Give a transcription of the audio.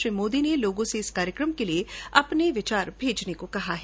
श्री मोदी ने लोगों से इस कार्यक्रम के लिए अपने विचार भेजने को कहा है